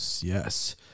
Yes